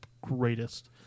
greatest